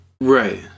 Right